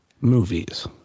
movies